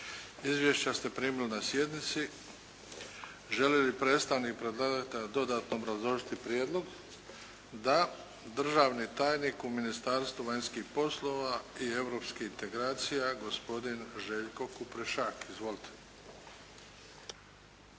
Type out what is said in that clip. Izvješća ste primili na sjednici. Želi li predstavnik predlagatelja dodatno obrazložiti prijedlog? Da. Državni tajnik u Ministarstvu vanjskih poslova i europskih integracija gospodin Željko Kuprešak. Izvolite!